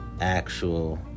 actual